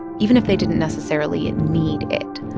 even if they didn't necessarily need it.